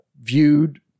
viewed